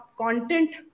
content